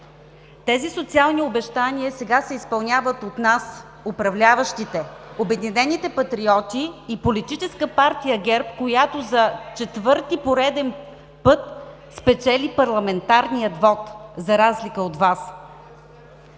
Тези социални обещания сега се изпълняват от нас, управляващите – „Обединените патриоти“ и Политическа партия ГЕРБ, която за четвърти пореден път спечели парламентарния вот, за разлика от Вас.